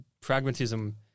pragmatism